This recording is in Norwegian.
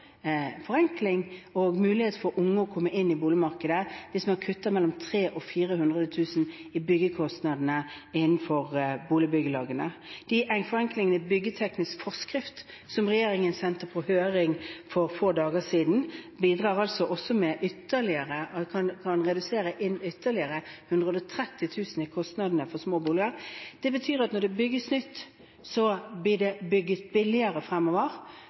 forenkling og mulighet for unge til å komme inn i boligmarkedet hvis man kutter mellom 300 000 og 400 000 kr i byggekostnadene innenfor boligbyggelagene. De forenklingene i byggeteknisk forskrift som regjeringen sendte på høring for få dager siden, kan redusere kostnadene for små boliger med ytterligere 130 000 kr. Det betyr at når det bygges nytt, blir det bygget billigere fremover.